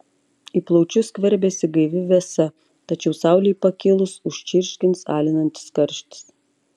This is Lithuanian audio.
į plaučius skverbiasi gaivi vėsa tačiau saulei pakilus užčirškins alinantis karštis